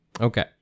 Okay